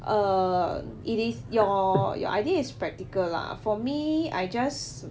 err it is your your idea is practical lah for me I just